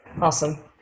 Awesome